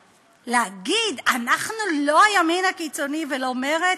להגיד: אנחנו לא הימין הקיצוני ולא מרצ?